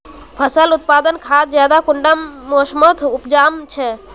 फसल उत्पादन खाद ज्यादा कुंडा मोसमोत उपजाम छै?